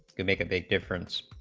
to make a big difference